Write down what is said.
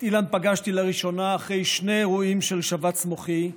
את אילן פגשתי לראשונה אחרי שני אירועים של שבץ מוחי,